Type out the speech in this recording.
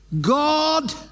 God